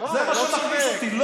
זה מה שמכעיס אותי.